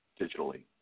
digitally